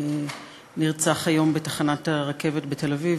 שנרצח היום בתחנת הרכבת בתל-אביב,